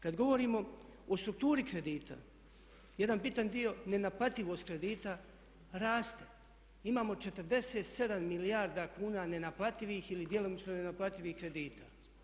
Kada govorimo o strukturi kredita, jedan bitan dio nenaplativost kredita raste, imamo 47 milijarda kuna nenaplativih ili djelomično nenaplativih kredita.